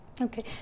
Okay